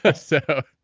ah so,